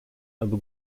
aby